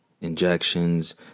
injections